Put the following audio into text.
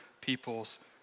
people's